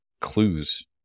clues